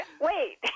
Wait